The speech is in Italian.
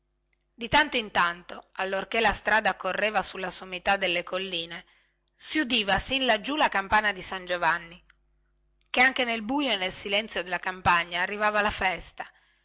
di tanto in tanto allorchè la strada correva sulla sommità delle colline si udiva sin là la campana di san giovanni che anche nel bujo e nel silenzio della campagna arrivava la festa